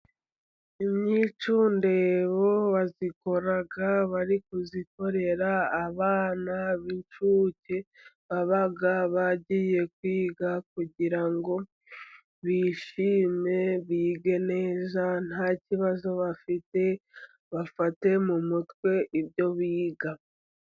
Imyicundebo bayikora bari kuyikorera abana b'incuke, baba bagiye kwiga kugira ngo bishime bige neza nta kibazo bafite, bafate mu mutwe ibyo biga.